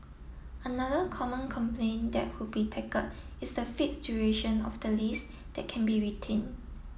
another common complaint that would be tackled is the fixed duration of the lease that can be retained